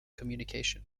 communication